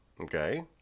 Okay